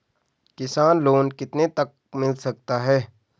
किसान लोंन कितने तक मिल सकता है?